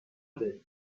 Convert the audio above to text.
داریم